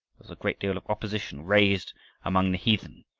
was a great deal of opposition raised among the heathen,